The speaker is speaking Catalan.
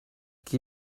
qui